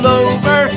over